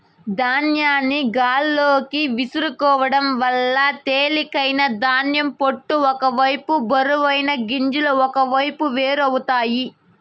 ధాన్యాన్ని గాలిలోకి విసురుకోవడం వల్ల తేలికైన ధాన్యం పొట్టు ఒక వైపు బరువైన గింజలు ఒకవైపు వేరు అవుతాయి